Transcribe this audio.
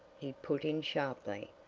he put in sharply.